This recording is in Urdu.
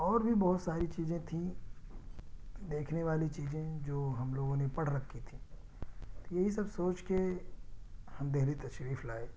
اور بھی بہت ساری چیزیں تھیں دیکھنے والی چیزیں جو ہم لوگوں نے پڑھ رکھی تھیں یہی سب سوچ کے ہم دہلی تشریف لائے